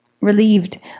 relieved